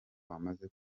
wamaze